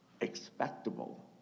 expectable